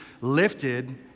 lifted